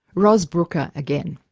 ros brooker again.